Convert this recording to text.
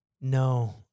No